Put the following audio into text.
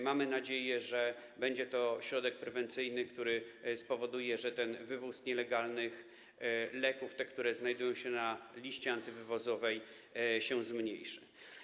Mamy nadzieję, że będzie to środek prewencyjny, który spowoduje, że nielegalny wywóz leków, tych, które znajdują się na liście antywywozowej, się zmniejszy.